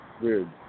weird